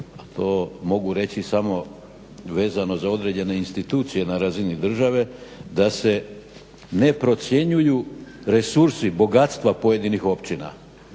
u tome, mogu reći samo vezano za određene institucije na razini države, da se ne procjenjuju resursi, bogatstva pojedinih općina